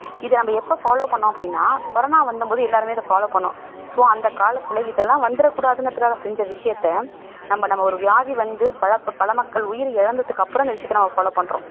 இது நம்ம எப்போ ஃபாலோ பண்ணோம் அப்படினா கொரோனா வந்த போது எல்லோருமே அதை ஃபாலோ பண்ணோம் ஸோ அந்தகாலத்தில் இதெல்லாம் வந்துட கூடாதுங்கிறதுக்காக செஞ்ச விஷயத்தை நம்ம நம்ம ஒரு வியாதி வந்து பல பல மக்கள் உயிரை இழந்ததுக்கு அப்புறம் அந்த விஷயத்தை நம்ம ஃபாலோ பண்ணுறோம்